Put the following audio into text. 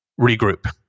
regroup